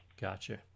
Gotcha